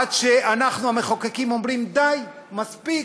עד שאנחנו המחוקקים אומרים: די, מספיק,